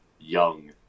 young